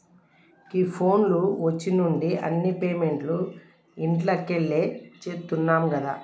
గీ mobile phone వచ్చిన్నుండి అన్ని పేమెంట్లు ఇంట్లకెళ్లే చేత్తున్నం గదా